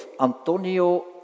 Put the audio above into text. Antonio